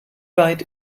weit